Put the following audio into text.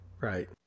right